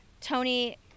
Tony